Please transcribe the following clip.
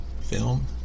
film